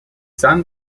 son